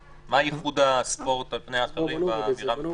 אז מה ייחוד הספורט על פני האחרים באמירה המפורשת?